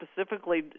specifically